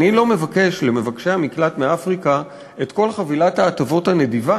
אני לא מבקש למבקשי המקלט מאפריקה את כל חבילת ההטבות הנדיבה